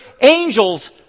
angels